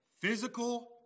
physical